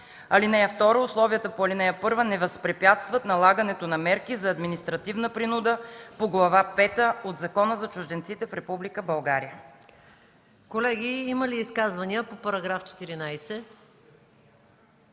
лица. (2) Условията по ал. 1 не възпрепятстват налагането на мерки за административна принуда по Глава пета от Закона за чужденците в Република